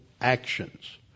actions